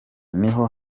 niho